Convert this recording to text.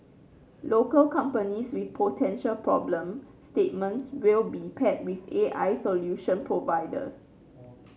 local companies with potential problem statements will be paired with A I solution providers